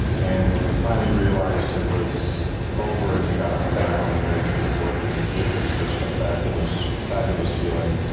and when we finally realised it was over and we got on the ground and everything was working, it was just a fabulous, fabulous feeling.